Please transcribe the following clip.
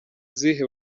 zihe